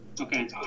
Okay